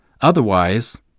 otherwise